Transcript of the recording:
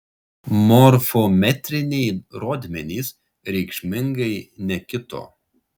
morfometriniai rodmenys reikšmingai nekito